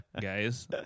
guys